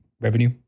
revenue